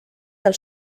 del